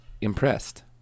impressed